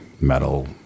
metal